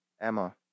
Emma